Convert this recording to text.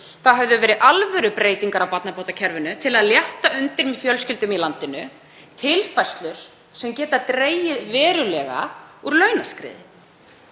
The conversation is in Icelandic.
fjárlögum verið alvörubreytingar á barnabótakerfinu til að létta undir með fjölskyldum í landinu, tilfærslur sem geta dregið verulega úr launaskriði.